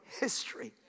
history